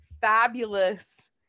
Fabulous